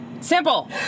Simple